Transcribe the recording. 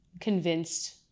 convinced